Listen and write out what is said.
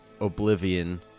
Oblivion